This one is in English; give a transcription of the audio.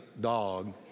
dog